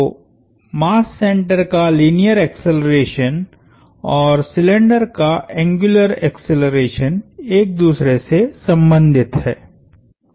तो mass centre का linear acceleration और सिलिंडर का एंग्युलर एक्सेलरेशन एक दूसरे से संबंधित हैं